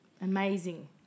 amazing